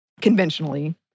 conventionally